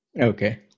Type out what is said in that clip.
Okay